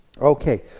Okay